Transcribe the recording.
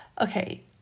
Okay